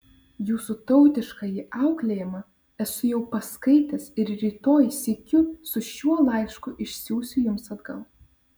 jūsų tautiškąjį auklėjimą esu jau paskaitęs ir rytoj sykiu su šiuo laišku išsiųsiu jums atgal